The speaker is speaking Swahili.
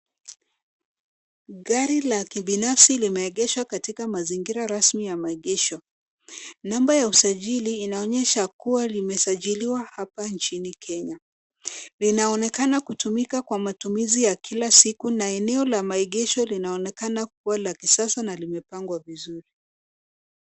Gari la kibinafsi limeegeshwa katika mazingira rasmi ya maegesho. Namba ya usajili inaonyesha kua, limesajiliwa hapa nchini kenya. Linaonekana kutumika kwa matumizi ya kila siku na eneo la maegesho linaonekana kuwa la kisasa na limepangwa vizuri.